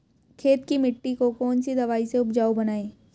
खेत की मिटी को कौन सी दवाई से उपजाऊ बनायें?